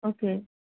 okay